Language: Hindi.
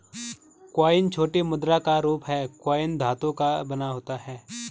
कॉइन छोटी मुद्रा का रूप है कॉइन धातु का बना होता है